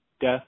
Death